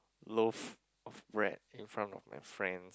loaf of bread in front of my friends